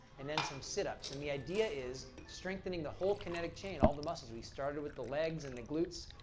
and then some sit-ups, and the idea is strengthening the whole kinetic chain, all the muscles. we started with the legs and the glutes.